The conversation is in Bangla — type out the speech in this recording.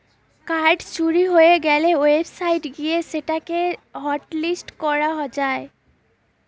কার্ড চুরি হয়ে গ্যালে ওয়েবসাইট গিয়ে সেটা কে হটলিস্ট করা যায়